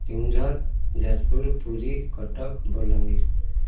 Keonjhar Jajpur Puri Cuttack Balangir